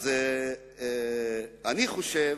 אני חושב